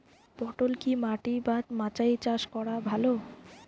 পটল কি মাটি বা মাচায় চাষ করা ভালো?